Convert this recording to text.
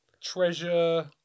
Treasure